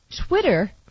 Twitter